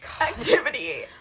activity